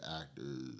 actor's